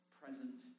present